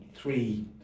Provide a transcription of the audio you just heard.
three